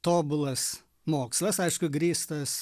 tobulas mokslas aišku grįstas